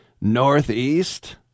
Northeast